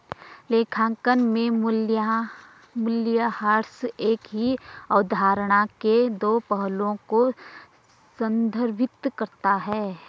लेखांकन में मूल्यह्रास एक ही अवधारणा के दो पहलुओं को संदर्भित करता है